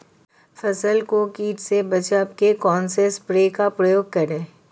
फसल को कीट से बचाव के कौनसे स्प्रे का प्रयोग करें?